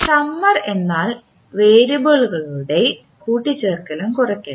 summer എന്നാൽ വേരിയബിളുകളുടെ കൂട്ടിച്ചേർക്കലും കുറയ്ക്കലും